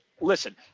listen